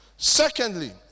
Secondly